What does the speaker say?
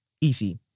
easy